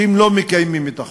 שהם לא מקיימים את החוקים.